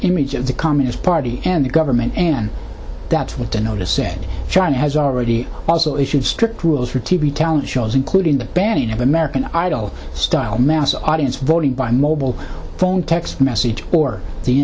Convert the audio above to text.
image of the communist party and the government and that's what the notice said china has already also issued strict rules for t v talent shows including the banning of american idol style mass audience voting by mobile phone text message or the